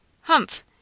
Humph